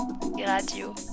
Radio